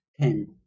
ten